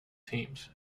teams